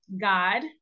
god